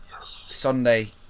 Sunday